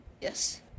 yes